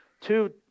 two